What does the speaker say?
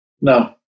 no